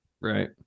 Right